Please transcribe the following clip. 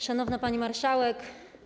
Szanowna Pani Marszałek!